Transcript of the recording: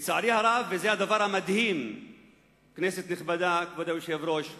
על חלק מהקרקעות האלה, שהן בבסיס המחלוקת הזאת,